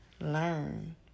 learn